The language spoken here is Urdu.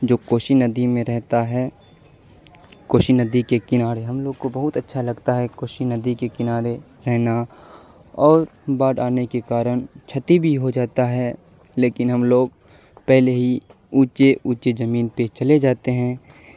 جو کوشی ندی میں رہتا ہے کوشی ندی کے کنارے ہم لوگ کو بہت اچھا لگتا ہے کوشی ندی کے کنارے رہنا اور باٹھ آنے کے کارن چھتی بھی ہو جاتا ہے لیکن ہم لوگ پہلے ہی اونچے اونچے زمین پہ چلے جاتے ہیں